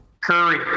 Curry